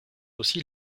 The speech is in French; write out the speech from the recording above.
aussi